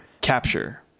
capture